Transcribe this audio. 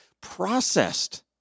processed